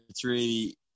three